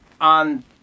on